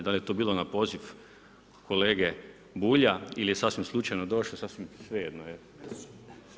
Dal je to bilo na poziv kolege Bulja ili je sasvim slučajno došao, sasvim svejedno je.